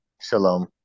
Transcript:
Shalom